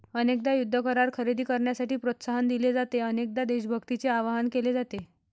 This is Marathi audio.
अनेकदा युद्ध करार खरेदी करण्यासाठी प्रोत्साहन दिले जाते, अनेकदा देशभक्तीचे आवाहन केले जाते